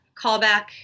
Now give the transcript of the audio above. callback